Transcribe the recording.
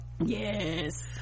yes